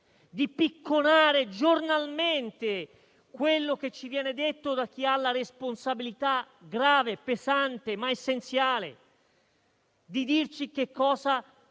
di picconare giornalmente quello che ci viene detto da chi ha la responsabilità grave e pesante, ma essenziale, di dirci cosa